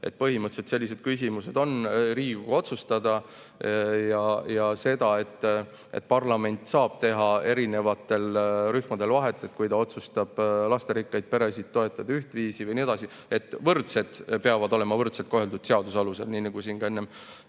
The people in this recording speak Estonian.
Põhimõtteliselt sellised küsimused on Riigikogu otsustada ja parlament saab teha erinevatel rühmadel vahet, kui ta otsustab lasterikkaid peresid toetada ühtviisi, ja nii edasi. Võrdsed peavad olema võrdselt koheldud seaduse alusel, nii nagu siin ka enne